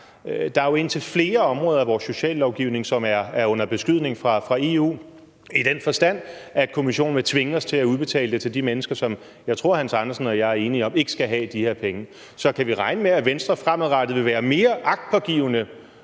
Der er jo indtil flere områder, hvor sociallovgivningen er under beskydning fra EU, i den forstand at Kommissionen vil tvinge os til at udbetale de her penge til de mennesker, som jeg tror hr. Hans Andersen og jeg er enige om ikke skal have dem. Så kan vi regne med, at Venstre fremadrettet vil være mere agtpågivende